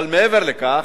אבל מעבר לכך,